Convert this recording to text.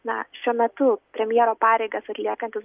na šiuo metu premjero pareigas atliekantis